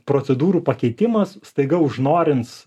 procedūrų pakeitimas staiga užnorins